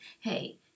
Hey